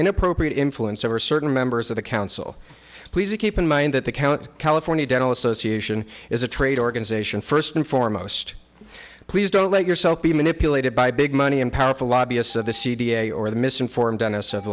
inappropriate influence over certain members of the council please you keep in mind that the county california dental association is a trade organization first and foremost please don't let yourself be manipulated by big money and powerful lobbyists of the c d a or the misinformed